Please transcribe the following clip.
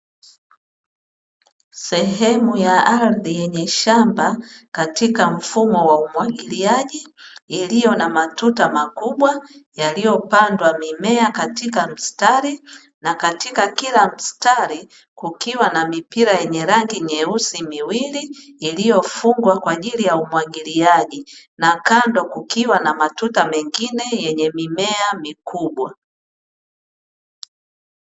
Sehemu ya ardhi yenye shamba katika mfumo wa umwagiliaji iliyo na matuta makubwa yaliyopandwa mimea katika mstari. Na katika kila mstari kukiwa na mipira yenye rangi nyeusi miwili, iliyofungwa kwa ajili ya umwagiliaji. Na kando kukiwa na matuta mengine yenye mimea mikubwa.